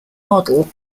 model